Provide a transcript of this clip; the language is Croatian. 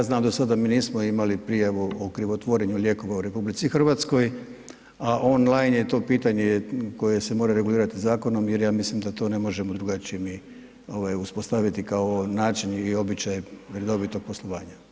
Koliko ja znam do sada mi nismo imali prijavu o krivotvorenju lijekova u RH a online je to pitanje koje se mora regulirati zakonom jer ja mislim da to ne možemo drugačije ni uspostaviti kao način i običaje redovitog poslovanja.